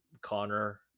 connor